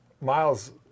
Miles